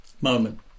moment